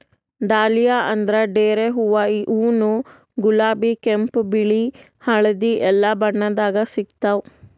dahlia ಅಂದ್ರ ಡೇರೆ ಹೂವಾ ಇವ್ನು ಗುಲಾಬಿ ಕೆಂಪ್ ಬಿಳಿ ಹಳ್ದಿ ಎಲ್ಲಾ ಬಣ್ಣದಾಗ್ ಸಿಗ್ತಾವ್